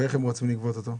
ואיך הם רוצים לגבות אותו?